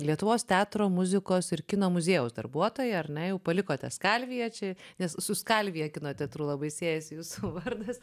lietuvos teatro muzikos ir kino muziejaus darbuotoja ar ne jau palikote skalviją čia nes su skalvija kino teatru labai siejasi jūsų vardas